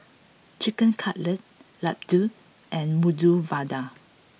Chicken Cutlet Ladoo and Medu Vada